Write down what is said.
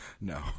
No